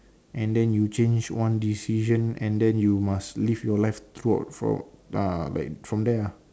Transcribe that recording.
and then you change one decision and then you must live your life throughout for uh like from there ah